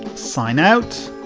sign out,